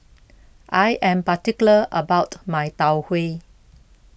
I am particular about my Tau Huay